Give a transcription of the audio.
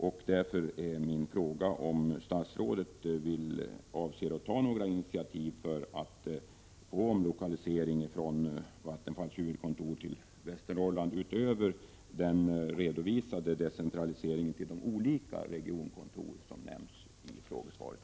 Min fråga blir därför: Avser statsrådet att ta några initiativ för att få omlokalisering av Vattenfalls huvudkontor till Västernorrland utöver den decentralisering till de olika regionkontoren som redovisas i frågesvaret?